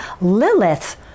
Lilith